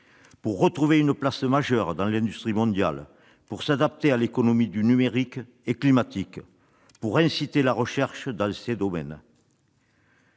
pour retrouver une place majeure dans l'industrie mondiale, pour s'adapter à l'économie du numérique et climatique et pour inciter à la recherche dans ces domaines.